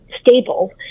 stable